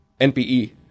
NPE